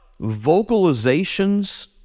vocalizations